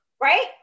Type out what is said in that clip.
right